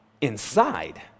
inside